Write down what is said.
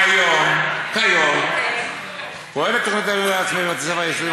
כיום פועלת תוכנית הניהול העצמי בבתי-הספר היסודיים